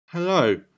Hello